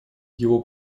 его